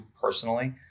personally